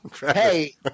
Hey